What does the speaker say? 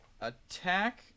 attack